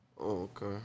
Okay